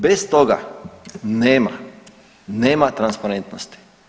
Bez toga nema, nema transparentnosti.